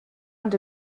und